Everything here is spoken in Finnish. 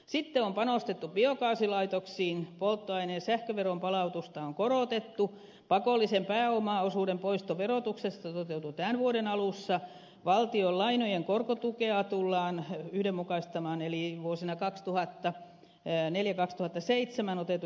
sitten on panostettu biokaasulaitoksiin polttoaineen sähköveron palautusta on korotettu pakollisen pääomaosuuden poisto verotuksessa toteutui tämän vuoden alussa valtion lainojen korkotukea tullaan yhdenmukaistamaan eli vuosina kaksituhatta ja neljä kaksituhattaseitsemän otettu